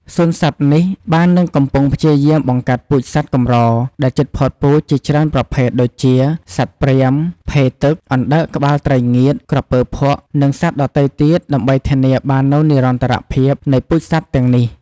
សួនសត្វនេះបាននិងកំពុងព្យាយាមបង្កាត់ពូជសត្វកម្រដែលជិតផុតពូជជាច្រើនប្រភេទ ដូចជា ស្វាព្រាហ្មណ៍ ភេទឹក អណ្ដើកក្បាលត្រីងៀត ក្រពើភក់ និងសត្វដទៃទៀតដើម្បីធានាបាននូវនិរន្តរភាពនៃពូជសត្វទាំងនេះ។